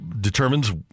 determines